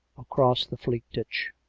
across the fleet ditch,